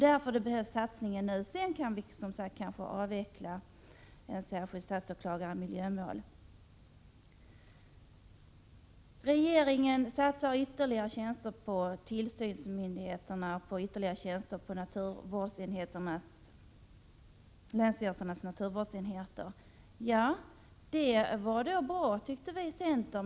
Sedan kan vi kanske undvara en särskild statsåklagare i miljömål. Regeringen satsar på ytterligare tjänster till länsstyrelsernas naturvårdsenheter, och det tycker vi är bra i centern.